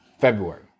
February